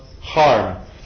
harm